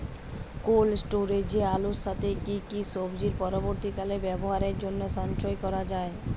Cold স্টোরেজে আলুর সাথে কি কি সবজি পরবর্তীকালে ব্যবহারের জন্য সঞ্চয় করা যায়?